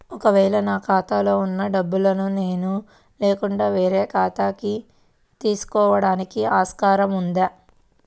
ఒక వేళ నా ఖాతాలో వున్న డబ్బులను నేను లేకుండా వేరే వాళ్ళు తీసుకోవడానికి ఆస్కారం ఉందా?